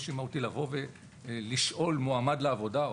קושי מהותי לבוא ולשאול מועמד לעבודה,